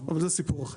אבל זה סיפור אחר.